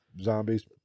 zombies